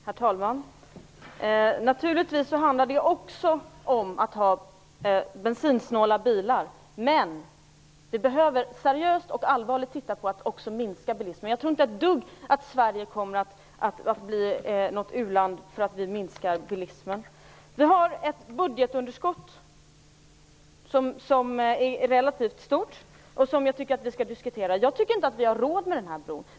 Herr talman! Naturligtvis handlar det också om att ha bensinsnåla bilar, men vi behöver seriöst och allvarligt också titta på detta med en minskad bilism. Jag tror inte ett dugg att Sverige blir ett u-land om vi minskar bilismen. Sveriges budgetunderskott är relativt stort, och jag tycker att vi skall diskutera det. Jag tycker inte att vi har råd med den här bron.